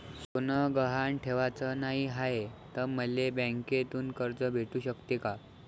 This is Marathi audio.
सोनं गहान ठेवाच नाही हाय, त मले बँकेतून कर्ज भेटू शकते का?